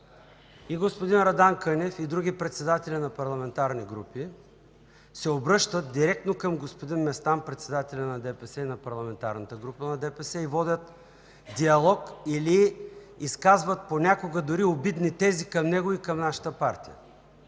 и господин Радан Кънев, и други председатели на парламентарни групи се обръщат директно към господин Местан – председателят на ДПС и на Парламентарната група на ДПС, и водят диалог или изказват понякога дори обидни тези към него и към нашата партия.